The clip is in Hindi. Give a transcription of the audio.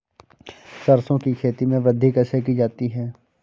सरसो की खेती में वृद्धि कैसे की जाती है?